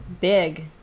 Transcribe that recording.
big